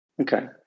Okay